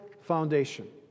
foundation